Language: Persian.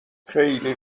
خیلی